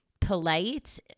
polite